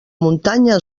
muntanya